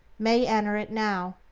may enter it now,